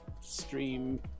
stream